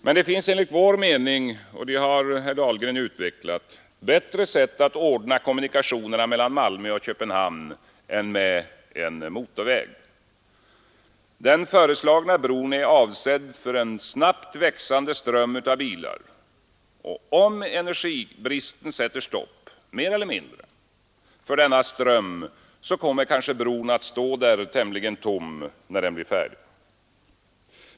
Men det finns enligt vår mening — och det har herr Dahlgren utvecklat — bättre sätt att ordna kommunikationerna mellan Malmö och Köpenhamn än med en motorväg. Den föreslagna bron är avsedd för en snabbt växande ström av bilar. Om energibristen sätter stopp — mer eller mindre — för denna ström kommer kanske bron att stå där tämligen tom när den blir färdig.